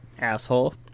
asshole